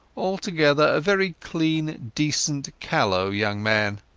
altogether, a very clean, decent, callow young man.